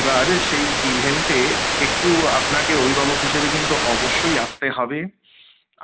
এবার সেই ইভেন্টে একটু আপনাকে অভিভাবক হিসেবে কিন্তু অবশ্যই আসতে হবে